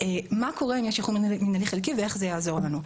מה קורה אם יהיה שחרור מינהלי חלקי ואיך זה יעזור לנו?